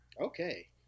Okay